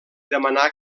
demanà